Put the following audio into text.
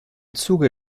zuge